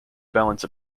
balance